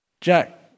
Jack